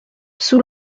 sous